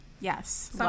Yes